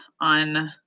on